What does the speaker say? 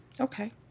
Okay